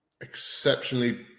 exceptionally